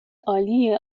عالی